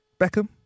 Beckham